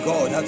God